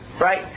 right